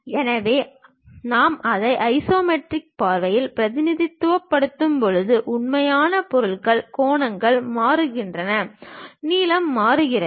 எனவே நாம் அதை ஐசோமெட்ரிக் பார்வைகளில் பிரதிநிதித்துவப்படுத்தும் போது உண்மையான பொருள்கள் கோணங்கள் மாறுகின்றன நீளம் மாறுகிறது